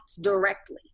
directly